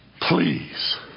Please